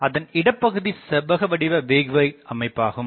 எனவே அதன் இடப்பகுதி செவ்வகவடிவ வேவ்கைடு அமைப்பாகும்